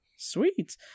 Sweet